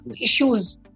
issues